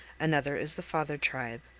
another is the father tribe,